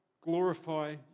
glorify